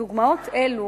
דוגמאות אלו